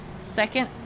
second